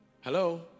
Hello